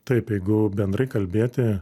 taip jeigu bendrai kalbėti